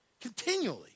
continually